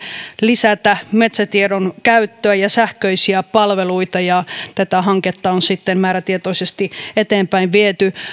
lisätä metsätiedon käyttöä ja sähköisiä palveluita ja tätä hanketta on sitten määrätietoisesti eteenpäin viety